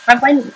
I find